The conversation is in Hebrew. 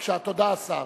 אדוני השר.